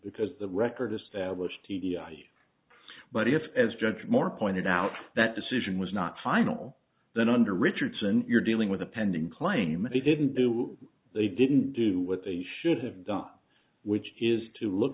because the record established t d i but if as judge moore pointed out that decision was not final then under richardson you're dealing with a pending claim they didn't do they didn't do what they should have done which is to look